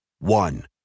One